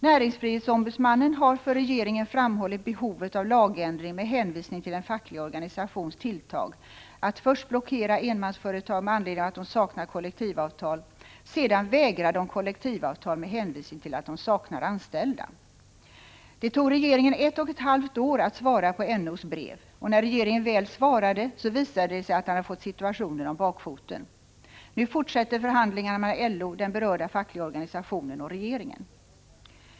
Näringsfrihetsombudsmannen har för regeringen framhållit behovet av lagändring med hänvisning till en facklig organisations tilltag att först blockera enmansföretag med anledning av att de saknar kollektivavtal och sedan vägra dem kollektivavtal med hänvisning till att de saknar anställda. Det tog regeringen ett och ett halvt år att svara på NO:s brev, och när regeringen väl svarade visade det sig att den hade fått situationen om bakfoten. Nu fortsätter förhandlingarna mellan NO, den berörda fackliga organisationen och regeringen.